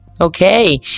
Okay